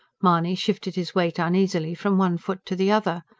mahony shifted his weight uneasily from one foot to the other.